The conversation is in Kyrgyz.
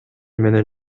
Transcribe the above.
менен